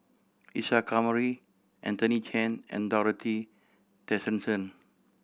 Isa Kamari Anthony Chen and Dorothy Tessensohn